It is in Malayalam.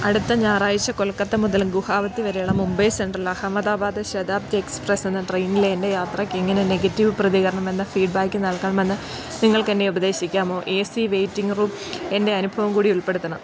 അടുത്ത ഞായറാഴ്ച കൊൽക്കത്ത മുതല് ഗുവാഹത്തി വരെയുള്ള മുംബൈ സെൻട്രൽ അഹമ്മദാബാദ് ശതാബ്ദി എക്സ്പ്രസ്സെന്ന ട്രെയിനിലെ എൻ്റെ യാത്രയ്ക്കെങ്ങനെ നെഗറ്റീവ് പ്രതികരണമെന്ന ഫീഡ്ബാക്ക് നൽകാമെന്ന് നിങ്ങൾക്കെന്നെ ഉപദേശിക്കാമോ എ സി വെയ്റ്റിംഗ് റൂം എൻ്റെ അനുഭവം കൂടി ഉൾപ്പെടുത്തണം